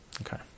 Okay